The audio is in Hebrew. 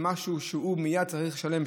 הוא מייד צריך לשלם,